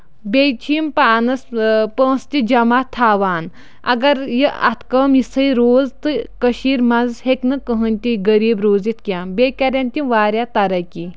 بیٚیہِ چھِ یِم پانَس پونٛسہٕ تہِ جمع تھاوان اگر یہِ اَتھٕ کٲم یِژھٕے روٗز تہٕ کٔشیٖر منٛز ہیٚکہِ نہٕ کٕہٕیٖنۍ تہِ غریٖب روٗزِتھ کینٛہہ بیٚیہِ کَرٮ۪ن تِم واریاہ ترقی